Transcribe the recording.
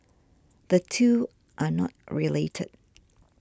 the two are not related